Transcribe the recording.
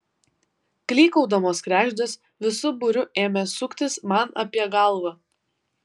klykaudamos kregždės visu būriu ėmė suktis man apie galvą